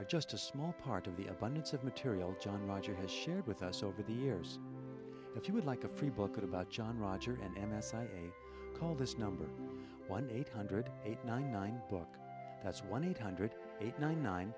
are just a small part of the abundance of material john roger has shared with us over the years if you would like a free book about john roger and m s i call this number one eight hundred eight nine nine book that's one eight hundred eight nine nine